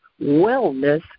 Wellness